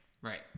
Right